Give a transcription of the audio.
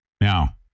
Now